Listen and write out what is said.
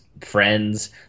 friends